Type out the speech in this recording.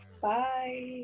bye